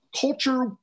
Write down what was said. culture